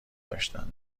داشتن